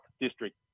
district